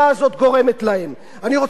אני רוצה למשל להקריא לכם מכתב